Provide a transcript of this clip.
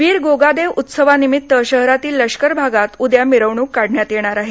वीर गोगादेव उत्सवानिमित्त शहरातील लष्कर भागात उद्या मिरवणूक काढण्यात येणार आहे